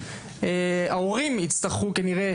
ההורים יצטרכו כנראה,